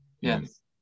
yes